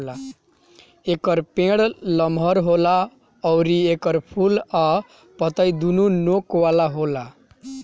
एकर पेड़ लमहर होला अउरी एकर फूल आ पतइ दूनो नोक वाला होला